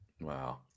Wow